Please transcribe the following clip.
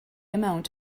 amount